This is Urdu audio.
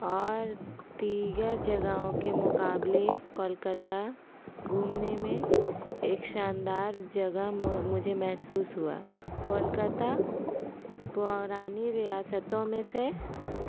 اور دیگر جگہوں کے مقابلے کولکتہ گھومنے میں ایک شاندار جگہ مجھے محسوس ہوا کولکتہ پرانی ریاستوں میں سے